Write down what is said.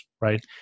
right